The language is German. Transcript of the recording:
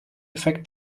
effekt